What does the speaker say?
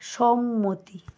সম্মতি